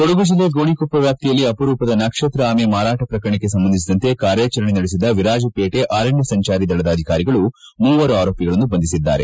ಕೊಡಗು ಜಿಲ್ಲೆಯ ಗೋಣಿಕೊಪ್ಪ ವ್ಯಾಪ್ತಿಯಲ್ಲಿ ಅಪರೂಪದ ನಕ್ಷತ್ರ ಆಮೆ ಮಾರಾಟ ಪ್ರಕರಣಕ್ಷೆ ಸಂಬಂಧಿಸಿದಂತೆ ಕಾರ್ಯಾಚರಣೆ ನಡೆಸಿದ ವಿರಾಜಪೇಟೆ ಅರಣ್ಯ ಸಂಚಾರಿ ದಳದ ಅಧಿಕಾರಿಗಳು ಮೂವರು ಆರೋಪಿಗಳನ್ನು ಬಂಧಿಸಿದ್ದಾರೆ